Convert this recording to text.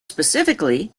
specifically